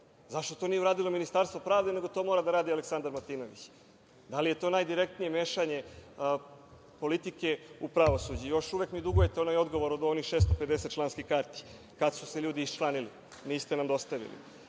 Zašto to nije uradilo Ministarstvo pravde, nego to mora da radi Aleksandar Martinović? Da li je to najdirektnije mešanje politike u pravosuđe? Još uvek mi dugujete onaj odgovor o onih 650 članskih karti, kada su se ljudi iščlanili, niste nam dostavili. Malopre